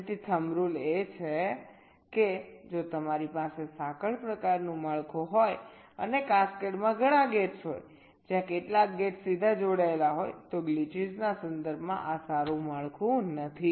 તેથી thumb rule એ છે કે જો તમારી પાસે સાંકળ પ્રકારનું માળખું હોય અને કાસ્કેડ માં ઘણા ગેટ્સ હોય જ્યાં કેટલાક ગેટ્સ સીધા જોડાયેલા હોય તો ગ્લિચિસના સંદર્ભમાં આ સારું માળખું નથી